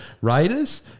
Raiders